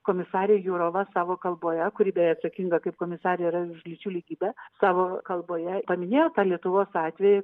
komisarė jurova savo kalboje kuri beje atsakinga kaip komisarė ir lyčių lygybę savo kalboje paminėjo tą lietuvos atvejį